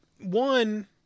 one